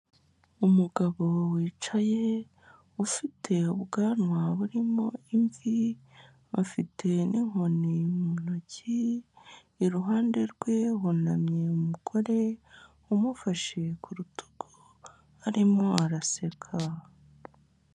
Umugabo wicaye ufite ubwanwa burimo imvi, afite n'inkoni mu ntoki, iruhande rwe hunamye umugore umufashe ku rutugu arimo araseka.